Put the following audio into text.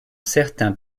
certains